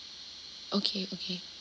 okay okay